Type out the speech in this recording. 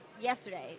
yesterday